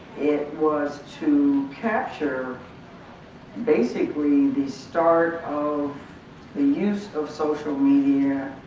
it was to capture basically the start of the use of social media